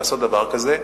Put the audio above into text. לעשות דבר כזה.